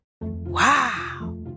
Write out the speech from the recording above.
Wow